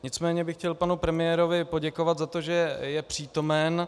Nicméně bych chtěl panu premiérovi poděkovat za to, že je přítomen.